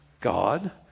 God